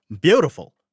beautiful